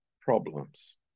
problems